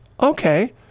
okay